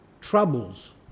troubles